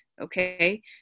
okay